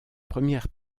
première